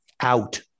out